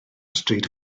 stryd